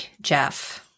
Jeff